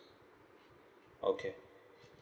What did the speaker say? okay